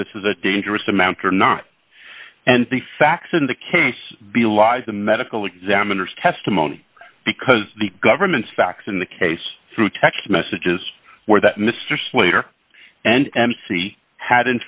this is a dangerous amount or not and the facts in the case belies the medical examiner's testimony because the government's facts in the case through text messages where that mr slater and mc had in